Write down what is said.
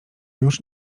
już